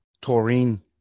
Taurine